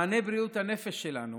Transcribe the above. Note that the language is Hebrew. מעני בריאות הנפש שלנו